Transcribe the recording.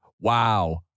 Wow